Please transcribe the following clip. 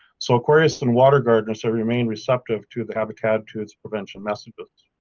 so aquarius and water gardeners ah remain receptive to the habitattitude's prevention messages.